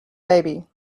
baby